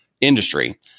industry